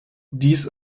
dies